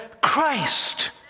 Christ